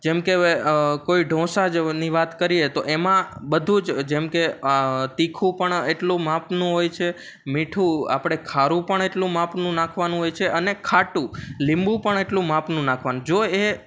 જેમ કે કોઈ ઢોંસાજની વાત કરીએ તો એમાં બધું જ જેમકે તીખું પણ એટલું માપનું હોય છે મીઠું આપણે ખારું પણ એટલું માપનું નાખવાનું હોય છે અને ખાટું લીંબુ પણ એટલું માપનું નાખવાનું જો એ